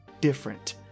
different